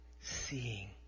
seeing